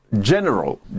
general